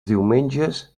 diumenges